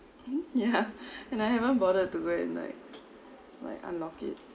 mm ya and I haven't bothered to go and like like unlock it